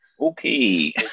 Okay